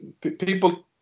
people